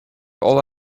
all